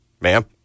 ma'am